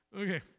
Okay